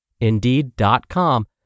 Indeed.com